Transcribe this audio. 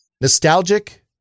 Nostalgic